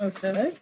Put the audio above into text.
Okay